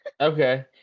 okay